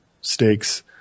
stakes